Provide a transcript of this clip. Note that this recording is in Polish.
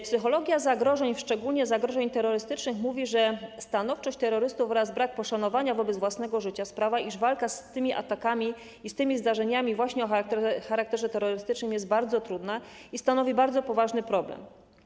Psychologia zagrożeń, szczególnie zagrożeń terrorystycznych, mówi, że stanowczość terrorystów oraz brak poszanowania własnego życia sprawia, iż walka z tymi atakami i tymi zdarzeniami o charakterze terrorystycznym jest bardzo trudna i stanowi bardzo poważny problem.